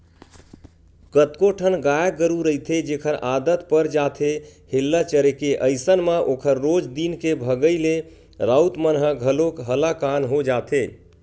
कतको ठन गाय गरु रहिथे जेखर आदत पर जाथे हेल्ला चरे के अइसन म ओखर रोज दिन के भगई ले राउत मन ह घलोक हलाकान हो जाथे